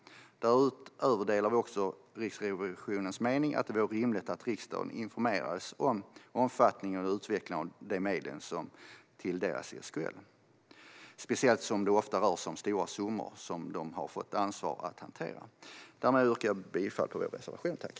Därutöver delar vi Riksrevisionens mening att det vore rimligt att riksdagen informerades om omfattningen och utvecklingen av de medel som tilldelas SKL, eftersom det ofta rör sig om stora summor som de har fått ansvar att hantera. Jag yrkar bifall till reservationen.